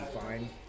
fine